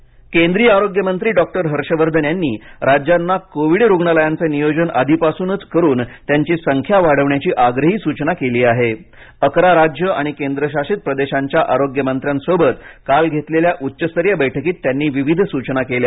हर्षवर्धन आढावा केंद्रीय आरोग्य मंत्री डॉक्टर हर्षवर्धन यांनी राज्यांना कोविड रुग्णालयांचं नियोजन आधीपासूनच करुन त्यांची संख्या वाढविण्याची आग्रही सूचना केली आहे अकरा राज्यं आणि केंद्रशासित प्रदेशांच्या आरोग्य मंत्र्यांसोबत काल घेतलेल्या उच्चस्तरीय बैठकीत त्यांनी विविध सूचना केल्या